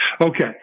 Okay